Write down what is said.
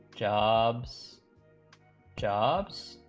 jobs jobs,